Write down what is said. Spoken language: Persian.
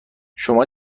شما